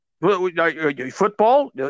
Football